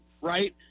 right